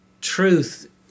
truth